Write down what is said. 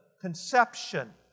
conception